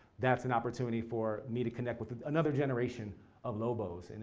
that's an opportunity for me to connect with another generation of lobos. and